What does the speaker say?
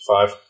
Five